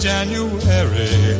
January